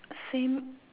same